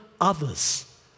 others